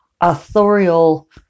authorial